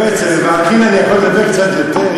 לא, אצל וקנין אני יכול לדבר קצת יותר,